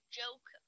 joke